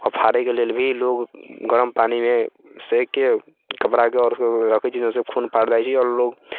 ओ फाड़ेके लेल भी लोग गरम पानिमे सेकके कपड़ाके आओर उसपर रखे छै ओहिसँ ओ खून फाटि जाइ छै आओर लोगके